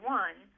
one